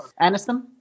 aniston